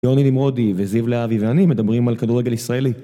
יוני נמרודי וזיו להבי ואני מדברים על כדורגל ישראלי